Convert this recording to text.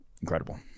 incredible